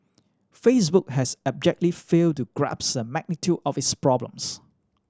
facebook has abjectly failed to grasp the magnitude of its problems